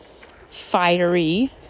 fiery